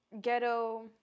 ghetto